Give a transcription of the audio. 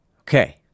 okay